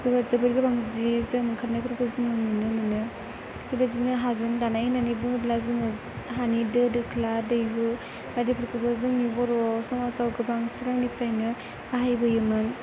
जोबोद गोबां सि जोम ओंखारनायफोरखौ जोङो नुनो मोनो बेबायदिनो हाजों दानाय होननानै बुङोब्ला जोङो हानि दो दोख्ला दैहु बायदिफोरखौबो जोंनि बर' समाजाव गोबां सिगांनिफ्रायनो बाहायबोयोमोन